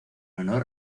honor